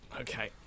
Okay